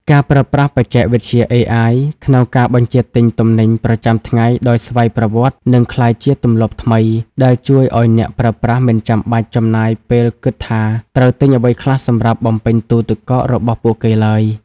ការប្រើប្រាស់បច្ចេកវិទ្យា AI ក្នុងការបញ្ជាទិញទំនិញប្រចាំថ្ងៃដោយស្វ័យប្រវត្តិនឹងក្លាយជាទម្លាប់ថ្មី ដែលជួយឱ្យអ្នកប្រើប្រាស់មិនចាំបាច់ចំណាយពេលគិតថាត្រូវទិញអ្វីខ្លះសម្រាប់បំពេញទូទឹកកករបស់ពួកគេឡើយ។